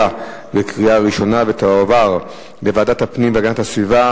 2011, לוועדת הפנים והגנת הסביבה